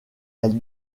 elle